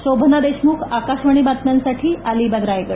शोभना देशमुख आकाशवाणी बातम्यांसाठी अलिबाग रायगड